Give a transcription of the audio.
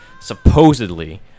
supposedly